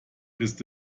ist